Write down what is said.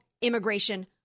immigration